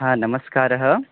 हा नमस्कारः